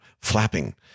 flapping